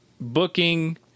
booking